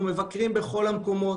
אנחנו מבקרים בכל המקומות,